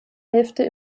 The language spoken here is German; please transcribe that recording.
hälfte